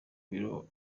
biro